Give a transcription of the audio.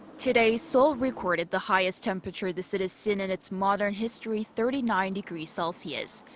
today, seoul recorded the highest temperature the city's seen in its modern history thirty nine degrees celsius.